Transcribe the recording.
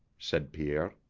said pierre.